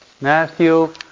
Matthew